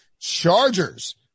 Chargers